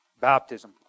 Baptism